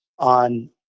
On